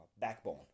backbone